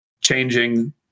changing